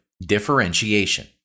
differentiation